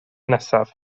nesaf